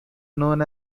known